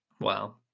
Wow